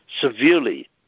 Severely